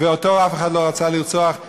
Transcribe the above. ואותו אף אחד לא רצה לרצוח,